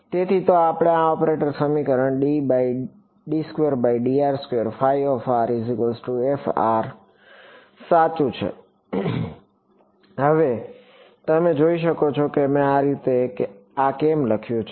તેથી તો પછી આ ઓપરેટર સમીકરણ સાચુ છે હવે તમે જોઈ શકો છો કે મેં આ રીતમાં આ કેમ લખ્યું છે